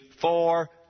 four